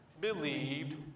believed